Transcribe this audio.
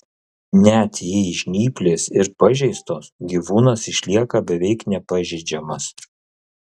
net jei žnyplės ir pažeistos gyvūnas išlieka beveik nepažeidžiamas